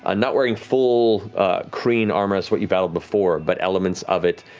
ah not wearing full kryn armor, that's what you battled before, but elements of it.